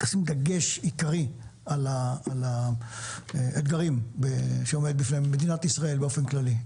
שים דגש עיקרי על האתגרים שעומדים במדינת ישראל באופן כללי.